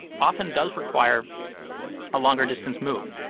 often does require a longer distance move.